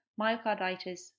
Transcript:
myocarditis